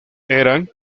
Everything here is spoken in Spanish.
eran